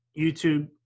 YouTube